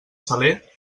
saler